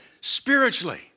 spiritually